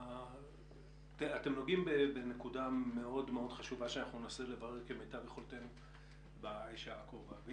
נגעתם בנקודה מאוד חשובה שננסה לברר כמיטב יכולתנו בשעה הקרובה.